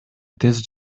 тез